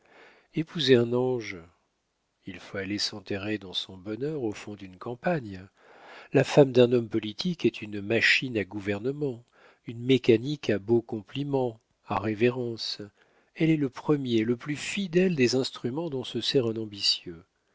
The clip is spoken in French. épousez un ange il faut aller s'enterrer dans son bonheur au fond d'une campagne la femme d'un homme politique est une machine à gouvernement une mécanique à beaux compliments à révérences elle est le premier le plus fidèle des instruments dont se sert un ambitieux